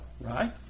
right